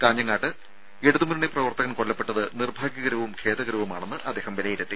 കാഞ്ഞങ്ങാട്ട് ഇടതുമുന്നണി പ്രവർത്തകൻ കൊല്ലപ്പെട്ടത് നിർഭാഗ്യകരവും ഖേദകരവുമാണെന്ന് അദ്ദേഹം വിലയിരുത്തി